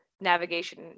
Navigation